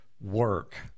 work